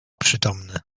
przytomny